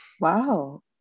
wow